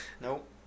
Nope